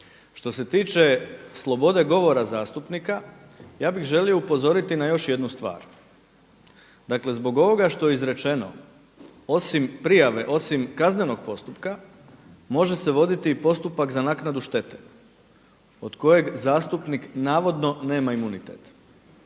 Što se tiče slobode govora zastupnika, ja bih želio upozoriti na još jednu stvar. Dakle zbog ovoga što je izrečeno osim prijave osim kaznenog postupka može se voditi postupak za naknadu štete od kojeg zastupnik navodno nema imunitet.